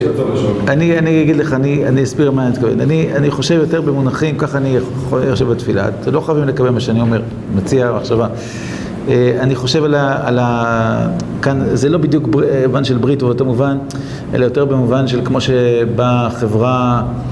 אני אגיד לך, אני אסביר מה אני מתכוון, אני חושב יותר במונחים, כך אני חושב בתפילה, אתם לא חייבים לקבם מה שאני אומר, מציע מחשבה אני חושב על ה... כאן זה לא בדיוק בון של ברית ובאותו מובן, אלא יותר במובן של כמו שבה חברה